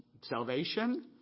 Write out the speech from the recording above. salvation